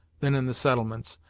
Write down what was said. than in the settlements.